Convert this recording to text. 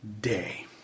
day